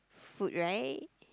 food right